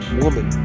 woman